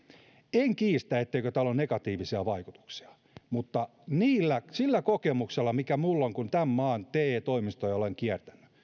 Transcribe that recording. en kiistä etteikö tällä ole negatiivisia vaikutuksia mutta sillä kokemuksella mikä minulla on kun tämän maan te toimistoja olen kiertänyt